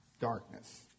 Darkness